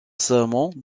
serment